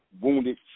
wounded